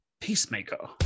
Peacemaker